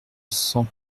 cent